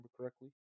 correctly